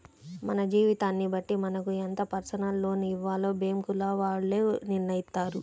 మన జీతాన్ని బట్టి మనకు ఎంత పర్సనల్ లోన్ ఇవ్వాలో బ్యేంకుల వాళ్ళు నిర్ణయిత్తారు